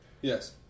Yes